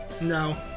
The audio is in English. No